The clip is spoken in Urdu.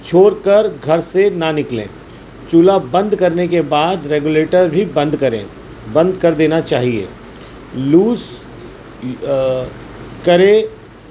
چھوڑ کر گھر سے نہ نکلیں چولہا بند کرنے کے بعد ریگولیٹر بھی بند کریں بند کر دینا چاہیے لوز کریں